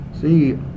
See